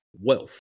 wealth